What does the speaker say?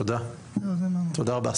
תודה רבה.